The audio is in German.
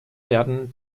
werden